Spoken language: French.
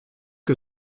que